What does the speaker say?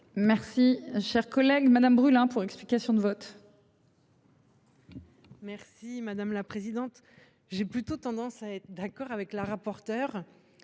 Merci cher collègue Madame brûle hein pour. Explication de vote. Merci madame la présidente. J'ai plutôt tendance à être d'accord avec la rapporteure.